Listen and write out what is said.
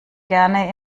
gerne